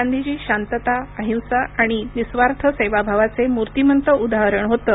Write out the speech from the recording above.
गांधीजी शांतता अहिंसा आणि निस्वार्थ सेवाभावाचं मूर्तीमंत उदाहरण होतं